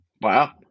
Wow